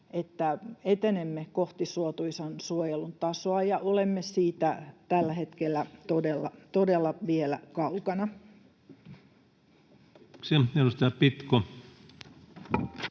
että etenemme kohti suotuisan suojelun tasoa, ja olemme siitä tällä hetkellä todella vielä kaukana.